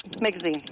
magazine